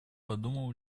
подумал